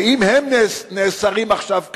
ואם הם נאסרים עכשיו כאן,